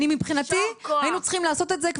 מבחינתי,